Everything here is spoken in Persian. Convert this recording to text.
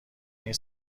این